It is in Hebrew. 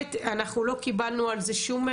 בהחלט אנחנו לא קיבלנו על זה שום,